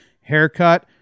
haircut